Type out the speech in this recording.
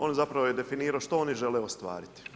Ono zapravo je definirao što oni žele ostvariti.